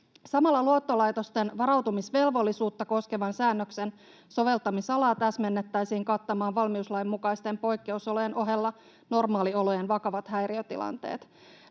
Samalla luottolaitosten varautumisvelvollisuutta koskevan säännöksen soveltamisalaa täsmennettäisiin kattamaan valmiuslain mukaisten poikkeusolojen ohella normaaliolojen vakavat häiriötilanteet.